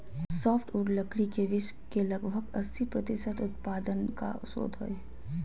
softwood लकड़ी के विश्व के लगभग अस्सी प्रतिसत उत्पादन का स्रोत हइ